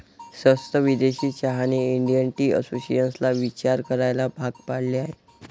स्वस्त विदेशी चहाने इंडियन टी असोसिएशनला विचार करायला भाग पाडले आहे